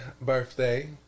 birthday